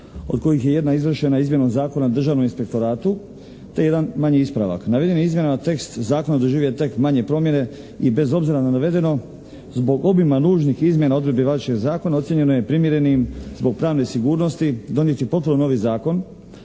od kojih je jedna izvršena izmjenom Zakona o državnom inspektoratu, te jedan manji ispravak. Navedenim izmjenama tekst zakona doživio je tek manje promjene i bez obzira na navedeno zbog obima nužnih izmjena odredbi važećeg zakona ocjenjeno je primjerenim zbog pravne sigurnosti donijeti potpuno novi zakon